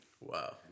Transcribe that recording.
Wow